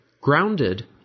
Grounded